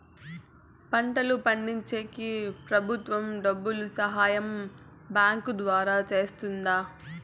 పంటలు పండించేకి ప్రభుత్వం డబ్బు సహాయం బ్యాంకు ద్వారా చేస్తుందా?